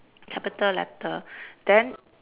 capital letter then